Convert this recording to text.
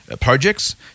projects